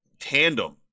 tandem